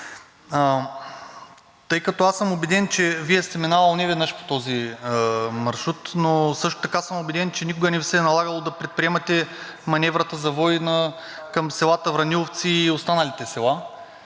Тъй като аз съм убеден, че Вие сте минавали неведнъж по този маршрут, но също така съм убеден, че никога не се е налагало да предприемате маневрата завой към селата Враниловци и останалите села,